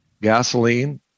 gasoline